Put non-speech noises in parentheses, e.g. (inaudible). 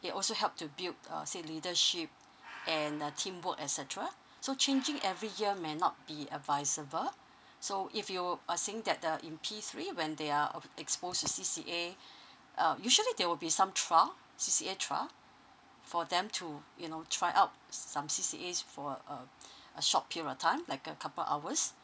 they also help to build uh say leadership and uh teamwork etcetera so changing every year may not be advisable so if you are saying that the in P three when they are of~ exposed to C_C_A (breath) uh usually there will be some trial C_C_A trial for them to you know try out some C_C_A for uh (breath) a short period of time like a couple hours